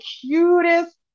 cutest